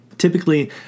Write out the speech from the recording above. Typically